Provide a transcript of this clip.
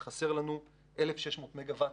שאמרה שחסרים לנו 1,600 מגה וואט